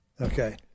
Okay